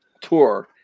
tour